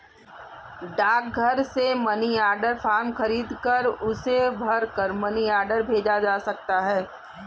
डाकघर से money order form खरीदकर उसे भरकर मनी ऑर्डर भेजा जा सकता है